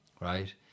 right